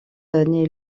naît